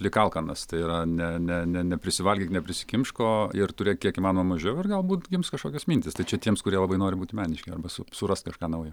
lyg alkanas tai yra ne ne neprisivalgyk neprisikimšk o ir turėk kiek įmanoma mažiau ir galbūt gims kažkokios mintys tai čia tiems kurie labai nori būti meniški arba su surast kažką nauja